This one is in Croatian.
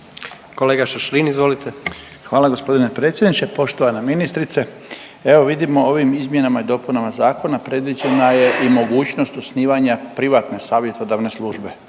**Šašlin, Stipan (HDZ)** Hvala gospodine predsjedniče. Poštovana ministrice evo vidimo ovim izmjenama i dopunama zakona predviđena je i mogućnost osnivanja privatne savjetodavne službe